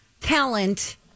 talent